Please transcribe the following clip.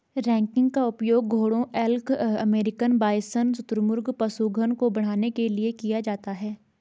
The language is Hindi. रैंकिंग का उपयोग घोड़ों एल्क अमेरिकन बाइसन शुतुरमुर्ग पशुधन को बढ़ाने के लिए किया जाता है